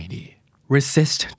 Resist